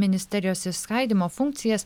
ministerijos išskaidymo funkcijas